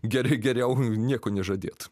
gerai geriau nieko nežadėt